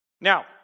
Now